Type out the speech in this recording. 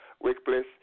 workplace